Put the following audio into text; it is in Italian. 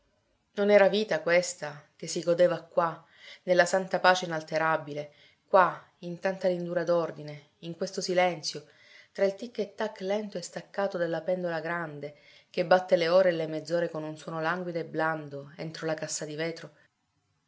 non era vita questa che si godeva qua nella santa pace inalterabile qua in tanta lindura d'ordine in questo silenzio tra il tic e tac lento e staccato della pendola grande che batte le ore e le mezz'ore con un suono languido e blando entro la cassa di vetro